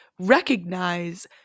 recognize